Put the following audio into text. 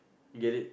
you get it